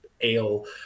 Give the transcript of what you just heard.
ale